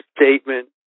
statement